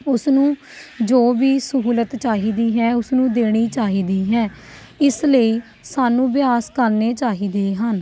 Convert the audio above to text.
ਉਸਨੂੰ ਜੋ ਵੀ ਸਹੂਲਤ ਚਾਹੀਦੀ ਹੈ ਉਸਨੂੰ ਦੇਣੀ ਚਾਹੀਦੀ ਹੈ ਇਸ ਲਈ ਸਾਨੂੰ ਅਭਿਆਸ ਕਰਨੇ ਚਾਹੀਦੇ ਹਨ